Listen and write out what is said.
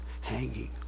hanging